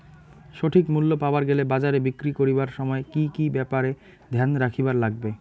সঠিক মূল্য পাবার গেলে বাজারে বিক্রি করিবার সময় কি কি ব্যাপার এ ধ্যান রাখিবার লাগবে?